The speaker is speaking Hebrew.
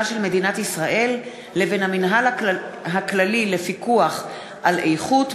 של מדינת ישראל לבין המינהל הכללי לפיקוח על איכות,